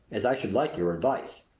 as i should like your advice.